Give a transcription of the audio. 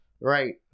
Right